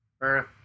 Earth